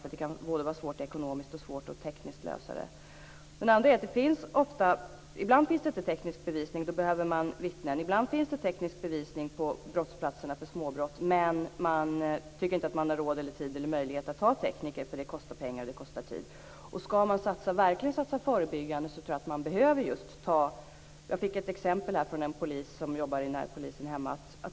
Det kan både ekonomiskt och tekniskt vara svårt för dem att lösa det. Ibland finns det inte teknisk bevisning, och då behövs det vittnen. Ibland finns det teknisk bevisning på platser där småbrott begåtts, men man tycker inte att man har råd, tid eller möjlighet att anlita tekniker. Skall man verkligen satsa förebyggande tror jag att man ändå behöver göra det. Jag har fått ett exempel av en polisman som jobbar inom närpolisen på min hemort.